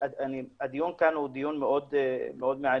הדיון כאן הוא דיון מאוד מעניין,